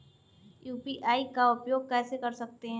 UPI का उपयोग कैसे कर सकते हैं?